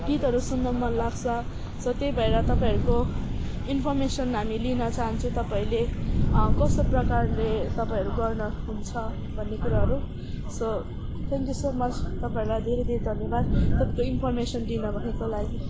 गीतहरू सुन्नु मन लाग्छ सो त्यही भएर तपाईँहरूको इन्फर्मेसन हामी लिन चाहन्छौँ तपाईँहरूले कस्तो प्रकारले तपाईँहरू गर्नुहुन्छ भन्ने कुराहरू so thank you so much तपाईँहरूलाई धेरै धेरै धन्यवाद तपाईँको इन्फर्मेसन दिनभएको लागि